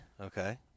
Okay